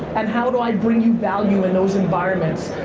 and how do i bring you value in those environments.